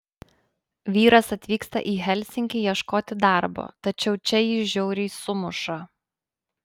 vyras atvyksta į helsinkį ieškoti darbo tačiau čia jį žiauriai sumuša